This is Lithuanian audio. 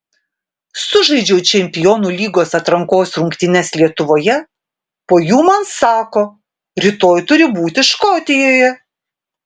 sužaidžiau čempionų lygos atrankos rungtynes lietuvoje po jų man sako rytoj turi būti škotijoje